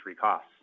costs